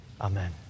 Amen